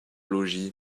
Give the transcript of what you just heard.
logis